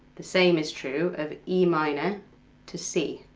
the same is true of e minor to c,